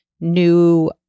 new